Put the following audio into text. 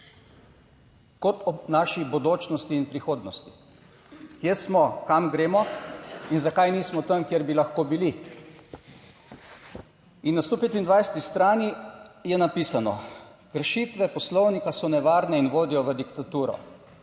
kot o naši bodočnosti in prihodnosti. Kje smo, kam gremo in zakaj nismo tam, kjer bi lahko bili. In na 125. strani je napisano: Kršitve poslovnika so nevarne in vodijo v diktaturo.